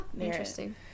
interesting